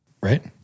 right